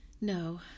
No